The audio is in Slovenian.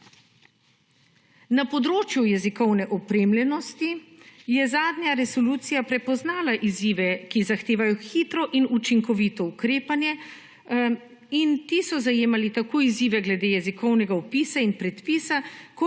Na področju jezikovne opremljenosti je zadnja resolucija prepoznala izzive, ki zahtevajo hitro in učinkovito ukrepanje 84. TRAK (VI) 15.55 (Nadaljevanje) in ti so zajemali tako izzive glede jezikovnega opisa in predpisa, kot